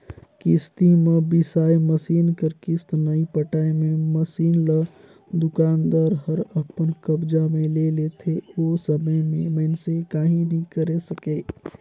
किस्ती म बिसाए मसीन कर किस्त नइ पटाए मे मसीन ल दुकानदार हर अपन कब्जा मे ले लेथे ओ समे में मइनसे काहीं नी करे सकें